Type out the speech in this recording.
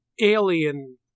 alien